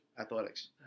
Athletics